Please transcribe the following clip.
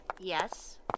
Yes